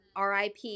RIP